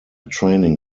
training